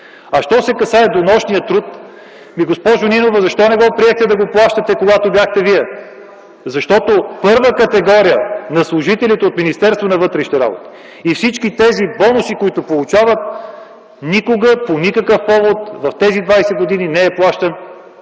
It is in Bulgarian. Що се касае до нощния труд. Госпожо Нинова, защо не приехте да го плащате, когато бяхте вие? Защото първа категория на служителите от Министерството на вътрешните работи и всички тези бонуси, които получават, никога по никакъв повод през последните 20 години не е плащан